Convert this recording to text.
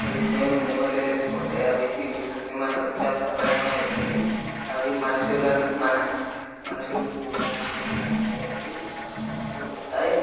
అవి సేమ్ నెమలి లాగా ఉంటాయి వాటిని చూస్తే మనకు చాలా భయం అవుతుంది అవి మనుషులను మన మనుషుల్ని కూడా దగ్గరకు రానివ్వవు అవి పొడుస్తాయి